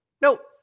Nope